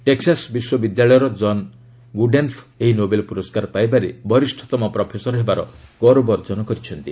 Texas ବିଶ୍ୱ ବିଦ୍ୟାଳୟର John Goodenough ଏହି ନୋବେଲ ପ୍ରରସ୍କାର ପାଇବାରେ ବରିଷ୍ଣତମ ପ୍ରଫେସର ହେବାର ଗୌରବ ଅର୍ଜନ କରିଛନ୍ତି